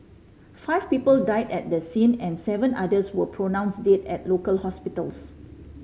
five people died at the scene and seven others were pronounce dead at local hospitals